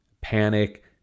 panic